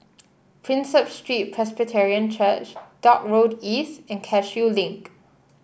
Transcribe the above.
Prinsep Street Presbyterian Church Dock Road East and Cashew Link